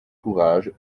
courage